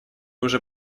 уже